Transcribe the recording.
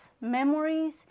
memories